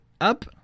up